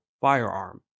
firearm